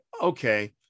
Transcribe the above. okay